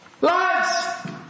Lads